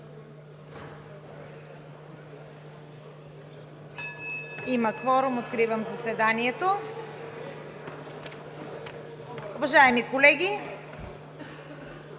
Има кворум. Откривам заседанието. Уважаеми колеги,